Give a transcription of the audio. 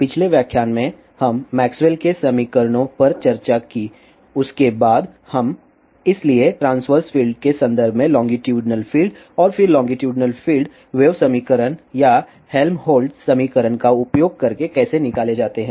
पिछले व्याख्यान में हम मैक्सवेल के समीकरणों Maxwell's equation पर चर्चा की उसके बाद हम इसलिए ट्रांस्वर्स फील्ड के संदर्भ में लोंगिटुडिनल फील्ड और फिर लोंगिटुडिनल फील्ड वेव समीकरण या हेल्महोल्ट्ज़ समीकरण का उपयोग करके कैसे निकाले जाते हैं